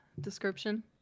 description